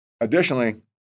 additionally